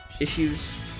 issues